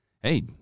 Hey